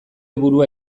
burua